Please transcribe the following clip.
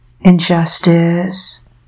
injustice